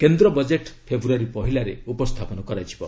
କେନ୍ଦ୍ର ବଜେଟ୍ ଫେବୃୟାରୀ ପହିଲାରେ ଉପସ୍ଥାପନ କରାଯିବ